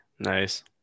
nice